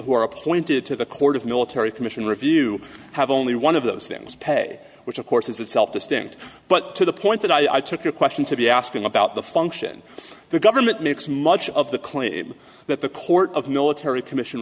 who are appointed to the court of military commission review have only one of those things pay which of course is itself distinct butt to the point that i took your question to be asking about the function of the government makes much of the claim that the court of military commission